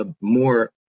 more